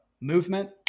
movement